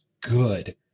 good